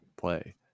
play